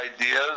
ideas